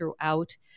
throughout